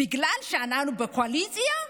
בגלל שאנחנו בקואליציה?